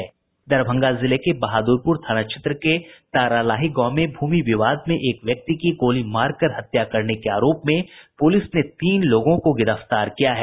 दरभंगा जिले के बहादुरपुर थाना क्षेत्र के तारालाही गांव में भूमि विवाद में एक व्यक्ति की गोली मार कर हत्या करने के आरोप में पुलिस ने तीन लोगों को गिरफ्तार किया है